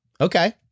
Okay